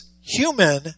human